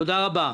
תודה רבה.